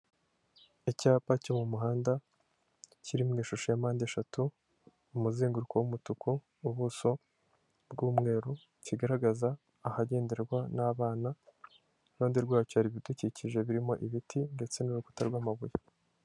Icyapa cyo mu muhanda kiri mu ishusho ya mpande eshatu umuzinguruko w'umutuku ubuso bw'umweru, kigaragaza ahagenderwa n'abana n'iruhande rwacyo hari ibidukikije birimo ibiti ndetse n'urukuta rwamabuye.